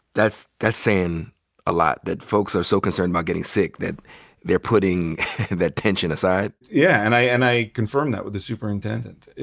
that's sayin' a lot, that folks are so concerned about getting sick that they're putting that tension aside. yeah. and i and i confirmed that with the superintendent.